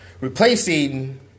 replacing